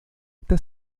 está